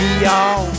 Y'all